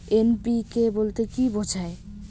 NPK বলতে কী বোঝায়?